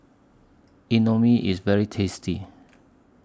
Imoni IS very tasty